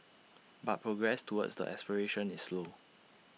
but progress towards the aspiration is slow